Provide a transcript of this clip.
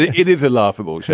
it it is laughable yeah